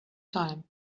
time